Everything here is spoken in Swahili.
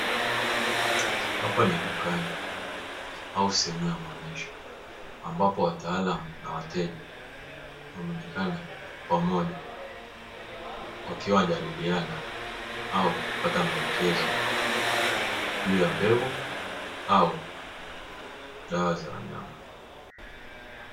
Hapa ni dukani au sehemu ya maonesho, ambapo wataalamu na wateja wanaonekana pamoja, wakiwa wanajadiliana au kupata maelekezo juu ya mbegu au dawa za wanyama.